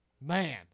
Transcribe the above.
Man